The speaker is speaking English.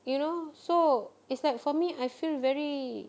you know so it's like for me I feel very